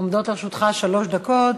עומדות לרשותך שלוש דקות.